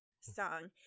song